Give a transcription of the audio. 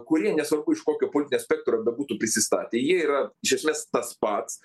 kurie nesvarbu iš kokio politinio spektro bebūtų prisistatę jie yra iš esmės tas pats